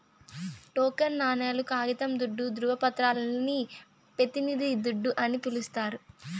token నాణేలు, కాగితం దుడ్డు, దృవపత్రాలని పెతినిది దుడ్డు అని పిలిస్తారు